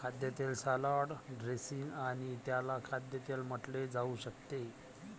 खाद्यतेल salad dressing आणि त्याला खाद्यतेल म्हटले जाऊ शकते